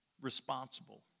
responsible